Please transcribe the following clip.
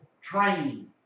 training